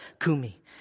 kumi